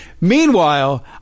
Meanwhile